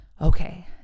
Okay